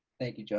thank you,